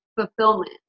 fulfillment